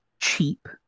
cheap